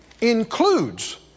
includes